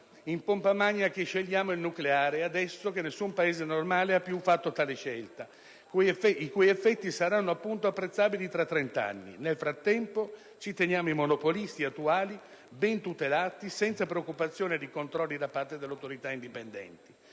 in pompa magna che scegliamo il nucleare, adesso che nessun Paese normale ha più fatto tale scelta, i cui effetti saranno apprezzabili fra trent'anni. Nel frattempo, ci teniamo i monopolisti attuali, ben tutelati e senza preoccupazioni di controlli da parte di autorità indipendenti.